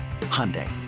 Hyundai